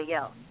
else